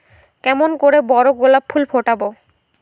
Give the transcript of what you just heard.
কেমন করে বড় গোলাপ ফুল ফোটাব?